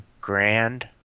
grand